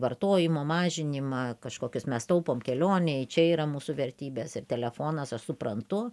vartojimo mažinimą kažkokius mes taupom kelionei čia yra mūsų vertybės ir telefonas aš suprantu